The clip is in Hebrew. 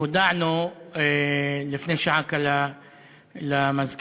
הודענו לפני שעה קלה למזכירות,